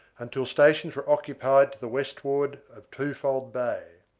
until stations were occupied to the westward of twofold bay.